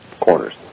corners